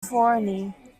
forney